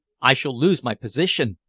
i shall lose my position.